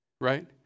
right